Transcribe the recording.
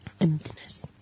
emptiness